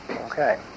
Okay